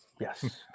Yes